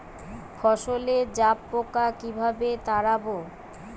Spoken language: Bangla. ফসলে জাবপোকা কিভাবে তাড়াব?